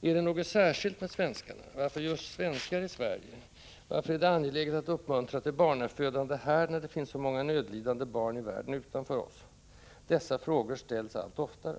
Är det något särskilt med svenskarna? Varför just svenskar i Sverige? Varför är det angeläget att uppmuntra till barnafödande här, när det finns så många nödlidande barn i världen utanför oss? Dessa frågor ställs allt oftare.